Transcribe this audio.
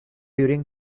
during